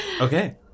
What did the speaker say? Okay